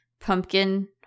pumpkin